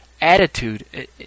attitude